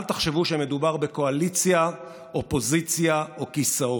אל תחשבו שמדובר בקואליציה, אופוזיציה או כיסאות.